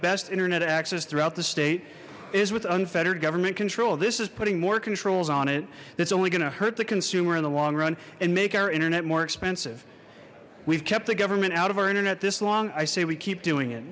best internet access throughout the state is with unfettered government control this is putting more controls on it that's only going to hurt the consumer in the long run and make our internet more expensive we've kept the government out of our internet this long i say we keep doing it